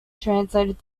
translated